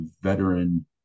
veteran